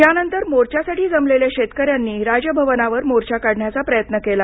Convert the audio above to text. यानंतर मोर्चासाठी जमलेल्या शेतकऱ्यांनी राजभवनावर मोर्चा काढण्याचा प्रयत्न केला